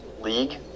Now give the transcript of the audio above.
league